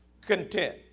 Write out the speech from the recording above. content